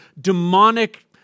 demonic